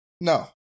No